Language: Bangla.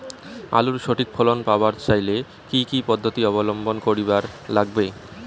আলুর সঠিক ফলন পাবার চাইলে কি কি পদ্ধতি অবলম্বন করিবার লাগবে?